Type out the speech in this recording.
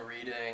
reading